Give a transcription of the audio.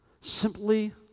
simply